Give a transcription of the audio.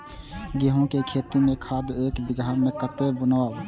गेंहू के खेती में खाद ऐक बीघा में कते बुनब?